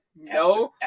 no